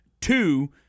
Two